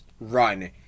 run